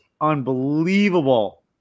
unbelievable